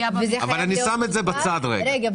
אבל אני שם את זה בצד רגע.